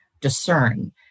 discern